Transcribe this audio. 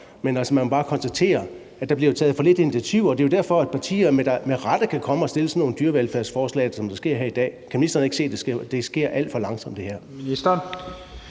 men man må bare konstatere, at der bliver taget for få initiativer, og det er derfor, at partier med rette kan komme og fremsætte sådan nogle dyrevelfærdsforslag, som det sker her i dag. Kan ministeren ikke se, at det her sker alt for langsomt? Kl.